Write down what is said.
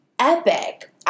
epic